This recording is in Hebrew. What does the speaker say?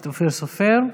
אופיר סופר.